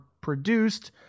produced